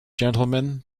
gentlemen